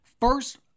first